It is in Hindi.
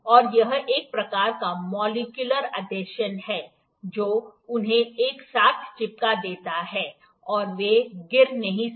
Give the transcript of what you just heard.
और यह एक प्रकार का मोलिक्युलर एधेशन है जो उन्हें एक साथ चिपका देता है और वे गिर नहीं सकते